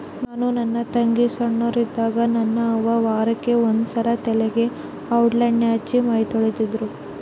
ನಾನು ನನ್ನ ತಂಗಿ ಸೊಣ್ಣೋರಿದ್ದಾಗ ನನ್ನ ಅವ್ವ ವಾರಕ್ಕೆ ಒಂದ್ಸಲ ತಲೆಗೆ ಔಡ್ಲಣ್ಣೆ ಹಚ್ಚಿ ಮೈತೊಳಿತಿದ್ರು